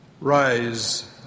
rise